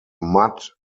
mud